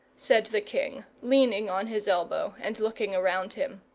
said the king, leaning on his elbow, and looking around him.